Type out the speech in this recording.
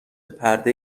پرده